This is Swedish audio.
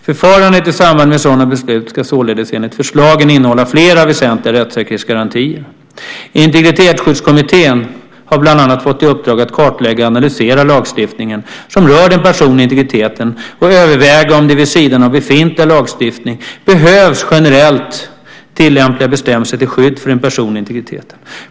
Förfarandet i samband med sådana beslut ska således enligt förslagen innehålla flera väsentliga rättssäkerhetsgarantier. Integritetsskyddskommittén har bland annat fått i uppdrag att kartlägga och analysera lagstiftningen som rör den personliga integriteten och överväga om det vid sidan av befintlig lagstiftning behövs generellt tillämpliga bestämmelser till skydd för den personliga integriteten.